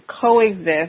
coexist